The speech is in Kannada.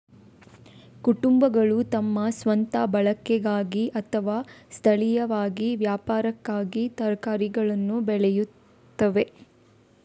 ಕುಟುಂಬಗಳು ತಮ್ಮ ಸ್ವಂತ ಬಳಕೆಗಾಗಿ ಅಥವಾ ಸ್ಥಳೀಯವಾಗಿ ವ್ಯಾಪಾರಕ್ಕಾಗಿ ತರಕಾರಿಗಳನ್ನು ಬೆಳೆಯುತ್ತವೆ